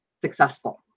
successful